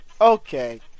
Okay